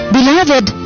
Beloved